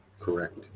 correct